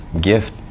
gift